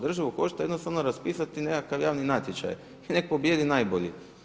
Državu košta jednostavno raspisati nekakav javni natječaj i neka pobijedi najbolji.